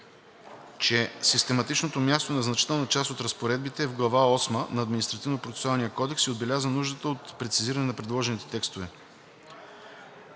че систематичното място на значителна част от разпоредбите е в глава осма „Предложения и сигнали“ на Административнопроцесуалния кодекс и отбеляза нуждата от прецизиране на предложените текстове.